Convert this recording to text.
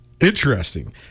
Interesting